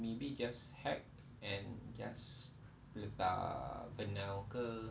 maybe just hack and just letak vinyl